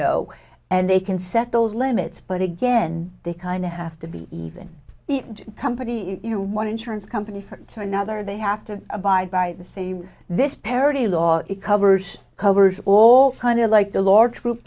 know and they can set those limits but again they kind of have to be even company you know one insurance company to another they have to abide by the same this parity law it covers covers all kind of like the large group